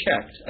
checked